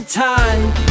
time